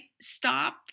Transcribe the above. stop